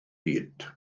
byd